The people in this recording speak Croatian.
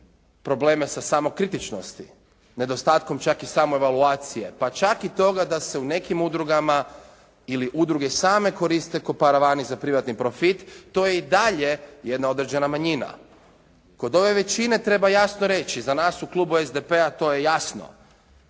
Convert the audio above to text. probleme sa samokritičnosti, nedostatkom čak i same evaluacije, pa čak i toga da se u nekim udrugama ili udruge same koriste kao paravani za privatni profit, to je i dalje jedna određena manjina. Kod ove većine treba jasno reći, za nas u klubu SDP-a to je jasno,